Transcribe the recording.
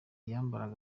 yambaraga